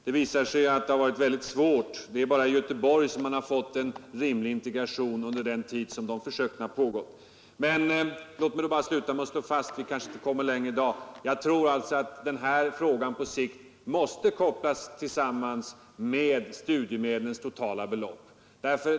Det visar sig att det har varit väldigt svårt och det är bara i Göteborg som man har fått en rimlig integration under den tid som försöken har pågått Men låt mig bara sluta med att slå fast — vi kanske inte kommer längre i dag — att jag menar att den här frågan måste kopplas samman med frågan om studiemedlens totala belopp.